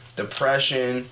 depression